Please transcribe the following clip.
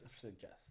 suggest